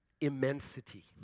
Immensity